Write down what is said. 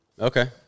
Okay